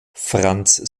franz